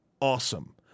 awesome